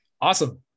Awesome